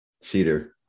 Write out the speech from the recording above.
cedar